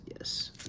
yes